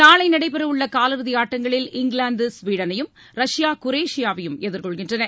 நாளை நடைபெறவுள்ள காலிறுதி ஆட்டங்களில் இங்கிலாந்து ஸ்வீடனையும் ரஷ்யா குரேஷியாவையும் எதிர்கொள்கின்றன